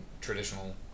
traditional